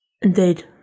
Indeed